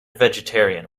vegetarian